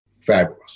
fabulous